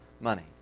money